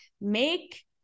make